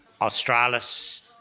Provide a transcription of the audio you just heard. Australis